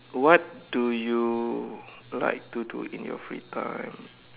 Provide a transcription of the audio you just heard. what do you like to do in your free time